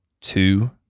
two